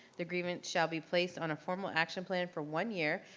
the grievant shall be placed on a formal action plan for one year,